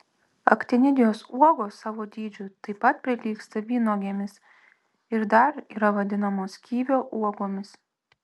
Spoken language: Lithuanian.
aktinidijos uogos savo dydžiu taip pat prilygsta vynuogėmis ir dar yra vadinamos kivio uogomis